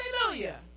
Hallelujah